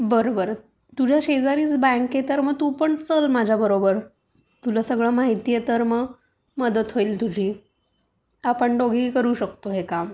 बरं बरं तुझ्या शेजारीच बँक आहे तर मग तू पण चल माझ्या बरोबर तुला सगळं माहिती आहे तर मग मदत होईल तुझी आपण दोघीही करू शकतो हे काम